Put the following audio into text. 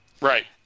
Right